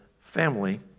family